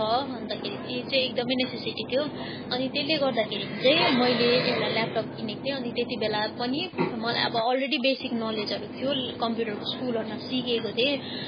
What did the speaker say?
छ अन्तखेरि त्यो चाहिँ एकदम नेसेसिटी थियो अनि त्यसले गर्दाखेरि चाहिँ मैले एउटा ल्यापटप किनेको थिएँ अनि त्यति बेला पनि मलाई अब अलरेडी बेसिक नलेजहरू थियो कम्प्युटरको स्कुलहरूमा सिकेको थिएँ